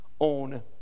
own